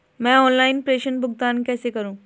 मैं ऑनलाइन प्रेषण भुगतान कैसे करूँ?